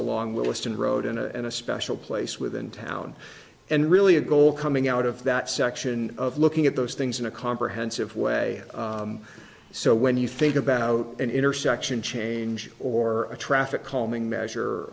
along williston road and a special place within town and really a goal coming out of that section of looking at those things in a comprehensive way so when you think about an intersection change or a traffic calming measure